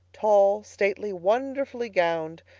tall stately, wonderfully gowned,